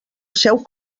asseu